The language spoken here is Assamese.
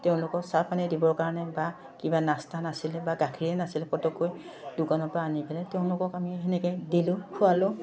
তেওঁলোকক চাহ পানী দিবৰ কাৰণে বা কিবা নাস্তা নাছিলে বা গাখীৰে নাছিলে পটককৈ দোকানৰ পৰা আনি পেলাই তেওঁলোকক আমি তেনেকৈ দিলোঁ খোৱালোঁ